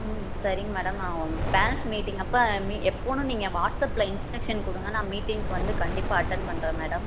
ம் சரிங்க மேடம் நான் பேரெண்ட்ஸ் மீட்டிங் அப்போ எப்போன்னு நீங்கள் வாட்ஸ் அப்பில் இன்ஸ்ட்ரக்ஷன் கொடுங்க நான் மீட்டிங்க்கு வந்து கண்டிப்பாக அட்டன் பண்ணுறேன் மேடம்